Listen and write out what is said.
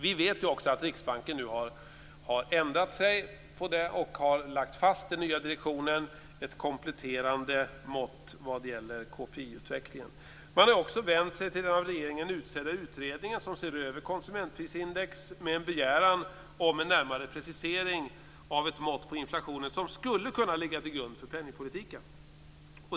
Vi vet också att Riksbanken nu har ändrat sig och att den nya direktionen har lagt fast ett kompletterande mått vad gäller KPI-utvecklingen. Man har också vänt sig till den av regeringen utsedda utredning som ser över konsumentprisindex med en begäran om en närmare precisering av ett mått på inflationen som skulle kunna ligga till grund för penningpolitiken.